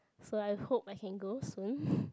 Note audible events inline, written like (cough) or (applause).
so I hope I can go soon (breath)